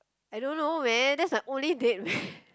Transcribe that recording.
I don't know man that's my only date man